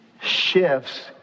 shifts